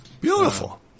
Beautiful